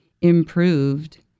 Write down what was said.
improved